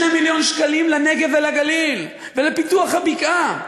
מיליון שקלים לנגב ולגליל ולפיתוח הבקעה.